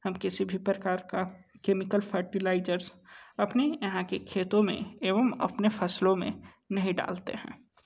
हम किसी भी प्रकार का केमिकल फर्टिलाइजर्स अपने यहाँ के खेतों में एवं अपने फसलों में नहीं डालते हैं